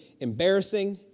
embarrassing